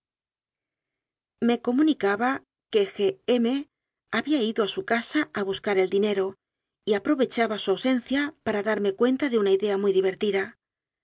me comunicaba que g m había ido a su casa a buscar el dinero y aprovechaba su ausen cia para darme cuenta de una idea muy divertida